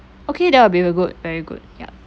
okay that will be a good very good yup